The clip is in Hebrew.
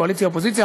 קואליציה אופוזיציה,